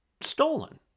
Stolen